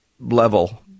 level